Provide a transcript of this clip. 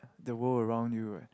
the world around you right